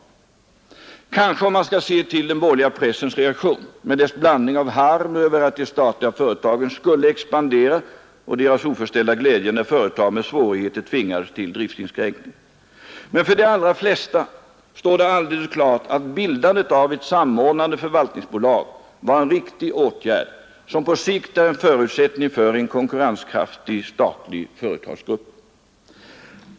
Kanske om man skall se till den borgerliga pressens reaktion med dess blandning av harm över att de statliga företagen skulle expandera och dess oförställda glädje när företag med svårigheter tvingades till driftinskränkningar. Men för de allra flesta står det alldeles klart att bildandet av ett samordnande förvaltningsbolag var en riktig åtgärd som på sikt är en förutsättning för en konkurrenskraftig statlig företagsgrupp.